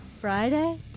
Friday